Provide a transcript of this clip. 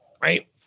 right